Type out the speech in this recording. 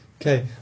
Okay